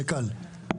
זה קל.